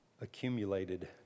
accumulated